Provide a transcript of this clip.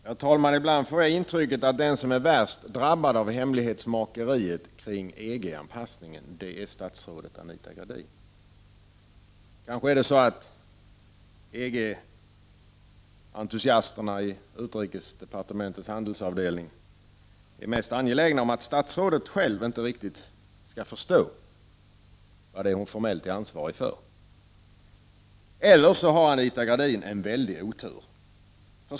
Fru talman! Ibland får jag intrycket att den som är värst drabbad av hemlighetsmakeriet kring EG-anpassningen är statsrådet Anita Gradin. EG-entusiasterna i utrikesdepartementets handelsavdelning kanske är mest angelägna om att statsrådet inte riktigt skall förstå vad hon är formellt ansvarig för. I annat fall har Anita Gradin en väldig otur.